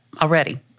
already